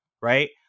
right